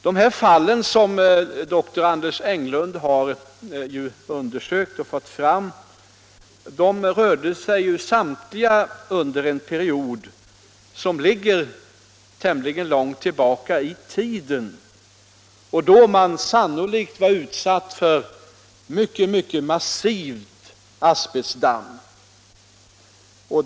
De personer som dr Anders Englund undersökt insjuknade samtliga under en period som ligger tämligen långt tillbaka i tiden, då man sannolikt var utsatt för mycket massivt asbestdamm.